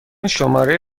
شماره